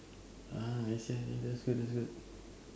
ah I see I that's good that's good